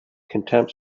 contempt